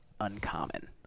uncommon